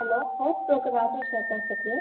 hello house broker ராஜேஷா பேசுறது